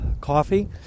coffee